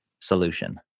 solution